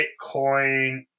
bitcoin